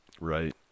Right